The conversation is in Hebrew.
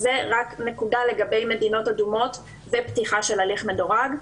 זו נקודה לגבי מדינות אדומות ופתיחה של הליך מדורג.